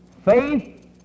Faith